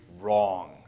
wrong